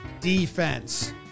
defense